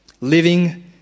living